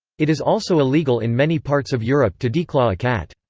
it is also illegal in many parts of europe to declaw a cat.